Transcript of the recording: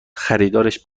خریدارش